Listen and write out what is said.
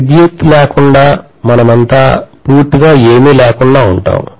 విద్యుత్ లేకుండా మనమంతా పూర్తిగా ఏమీ లేకుండా ఉంటాము